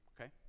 okay